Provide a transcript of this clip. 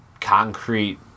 concrete